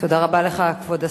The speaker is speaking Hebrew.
תודה רבה לך, כבוד השר.